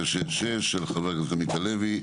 כ/966, של חבר הכנסת עמית הלוי.